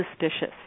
suspicious